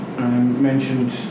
Mentioned